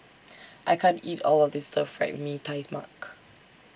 I can't eat All of This Stir Fried Mee Tai Mak